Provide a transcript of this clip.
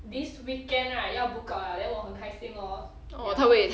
this weekend right 要 book out 了 then 我很开心 lor ya